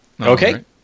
Okay